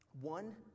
One